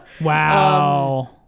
Wow